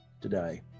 today